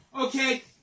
okay